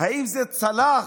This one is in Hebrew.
האם זה צלח